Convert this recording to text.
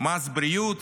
מס בריאות,